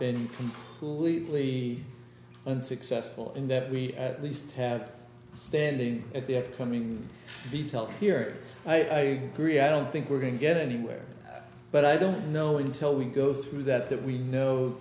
been completely unsuccessful in that we at least have standing at the upcoming be telling here i agree i don't think we're going to get anywhere but i don't know until we go through that that we know